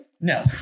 No